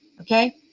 Okay